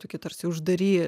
tokie tarsi uždaryti